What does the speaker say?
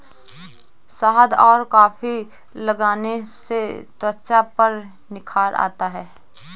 शहद और कॉफी लगाने से त्वचा पर निखार आता है